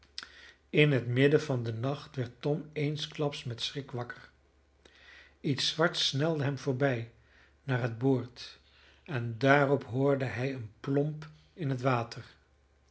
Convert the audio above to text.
in het midden van den nacht werd tom eensklaps met schrik wakker iets zwarts snelde hem voorbij naar het boord en daarop hoorde hij een plomp in het water